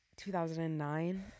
2009